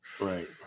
Right